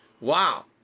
Wow